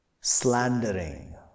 slandering